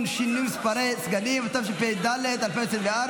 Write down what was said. שינוי מספרי סגנים), התשפ"ד 2024,